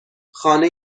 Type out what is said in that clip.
خانه